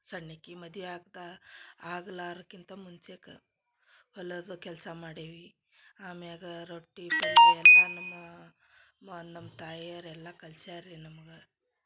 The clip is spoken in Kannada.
ಸಣ್ಣಿಕಿ ಮದಿವಿಯಾಗ್ತಾ ಆಗ್ಲಾರ್ಕಿಂತ ಮುಂಚೆಕ ಹೊಲದ ಕೆಲಸ ಮಾಡೀವಿ ಆಮ್ಯಾಗ ರೊಟ್ಟಿ ಪಲ್ಯ ಎಲ್ಲ ನಮ್ಮ ಮ ನಮ್ಮ ತಾಯರು ಎಲ್ಲ ಕಲ್ಸ್ಯಾರ ರೀ ನಮ್ಗೆ